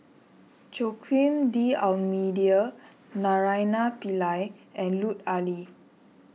Joaquim D'Almeida Naraina Pillai and Lut Ali